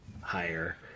higher